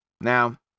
Now